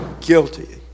guilty